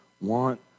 want